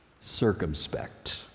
circumspect